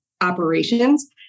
operations